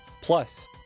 plus